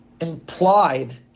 implied